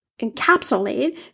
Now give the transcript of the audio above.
encapsulate